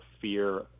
fear